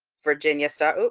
virginia star,